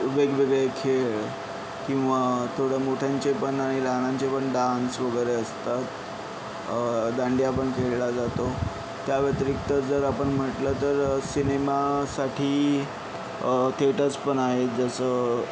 वेगवेगळे खेळ किंवा थोड्यामोठ्यांचे पण लहानांचे पण डान्स वगैरे असतात दांडिया पण खेळला जातो त्या व्यतिरिक्त जर आपण म्हटलं तर सिनेमासाठी थिएटर्स पण आहेत जसं